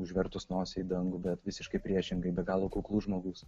užvertus nosį į dangų bet visiškai priešingai be galo kuklus žmogus